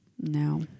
No